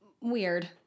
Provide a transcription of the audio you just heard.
weird